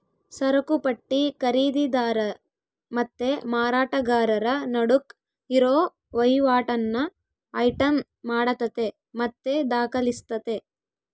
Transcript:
ಸರಕುಪಟ್ಟಿ ಖರೀದಿದಾರ ಮತ್ತೆ ಮಾರಾಟಗಾರರ ನಡುಕ್ ಇರೋ ವಹಿವಾಟನ್ನ ಐಟಂ ಮಾಡತತೆ ಮತ್ತೆ ದಾಖಲಿಸ್ತತೆ